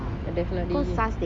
definately